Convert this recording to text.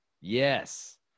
Yes